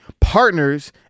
partners